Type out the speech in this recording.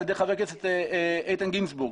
על ידי חבר הכנסת איתן גינזבורג,